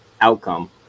outcome